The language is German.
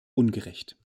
ungerecht